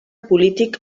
polític